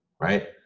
right